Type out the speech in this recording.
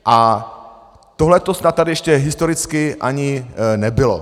A tohleto snad tady ještě historicky ani nebylo.